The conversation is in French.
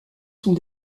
sont